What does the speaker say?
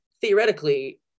theoretically